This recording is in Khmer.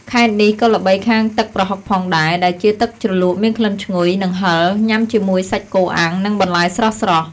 ខេត្តនេះក៏ល្បីខាងទឹកប្រហុកផងដែរ ដែលជាទឹកជ្រលក់មានក្លិនឈ្ងុយ និងហិរ ញ៉ាំជាមួយសាច់គោអាំង និងបន្លែស្រស់ៗ។